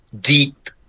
deep